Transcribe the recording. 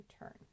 return